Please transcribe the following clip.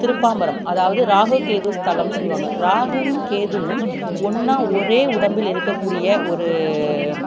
திருப்பாம்பரம் அதாவது ராகு கேது ஸ்தலம்ன்னு சொல்லுவாங்க ராகுவும் கேதுவும் ஒன்னாக ஒரே உடம்பில் இருக்கக்கூடிய ஒரு